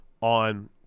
on